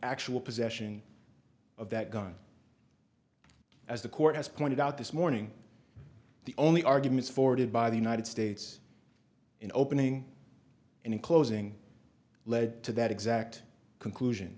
actual possession of that gun as the court has pointed out this morning the only arguments forwarded by the united states in opening and closing lead to that exact conclusion